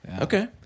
Okay